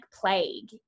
plague